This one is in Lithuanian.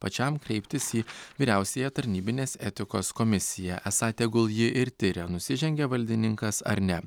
pačiam kreiptis į vyriausiąją tarnybinės etikos komisiją esą tegul ji ir tiria nusižengė valdininkas ar ne